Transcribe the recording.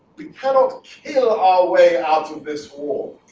we cannot kill our way out of this war.